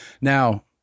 Now